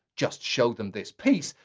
just show them this piece,